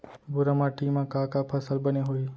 भूरा माटी मा का का फसल बने होही?